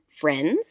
friends